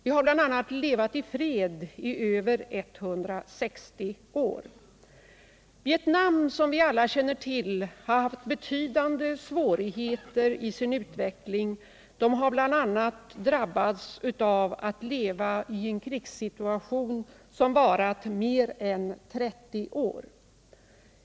Vi har bl.a. levat i fred i över 160 år. Vietnam har, som vi alla känner till, haft betydande svårigheter i sin utveckling. Folket har bl.a. drabbats av att leva i en krigssituation som varat mer än 30 år.